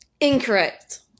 Incorrect